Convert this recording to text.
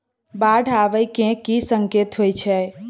बाढ़ आबै केँ की संकेत होइ छै?